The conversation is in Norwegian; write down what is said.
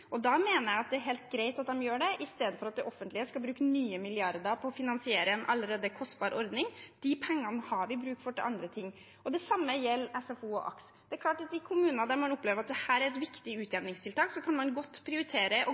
og da mener jeg at det er helt greit at de gjør det i stedet for at det offentlige skal bruke nye milliarder på å finansiere en allerede kostbar ordning. De pengene har vi bruk for til andre ting. Det samme gjelder SFO og AKS. Det er klart at i kommuner der man opplever at dette er et viktig utjevningstiltak, kan man godt prioritere